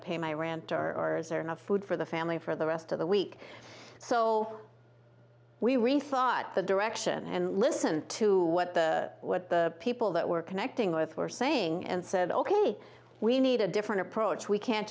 to pay my rant or is there enough food for the family for the rest of the week so we rethought the direction and listened to what what the people that we're connecting with were saying and said ok we need a different approach we can't